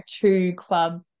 two-club